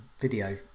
video